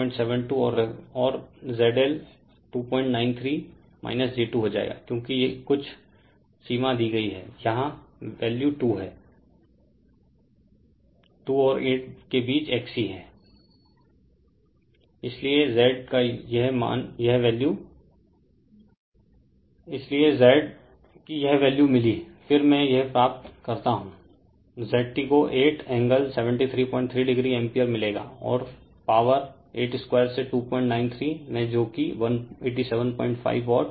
Glossary English Word Word Meaning Example example उदाहरण Find find ज्ञात करना Problem प्रॉब्लम समस्या Determine डेटर्मिन निर्धारित करना Simple सिंपल साधारण Question क्वेश्चन प्रश्न Calculate कैलकुलेट गणना करना Substitute सब्सीट्यूट प्रतिस्थापित करना Expand एक्सपैंड विस्तार करना Exercise एक्सरसाइज अभ्यास करना Interesting इंटरेस्टिंग रोचक